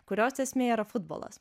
kurios esmė yra futbolas